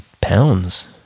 pounds